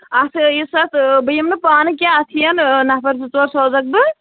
اَتھ یُس اَتھ بہٕ یِم نہٕ پانہٕ کیٚنہہ اَتھ یِن نَفر زٕ ژور سوزَکھ بہٕ